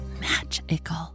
magical